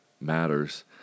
matters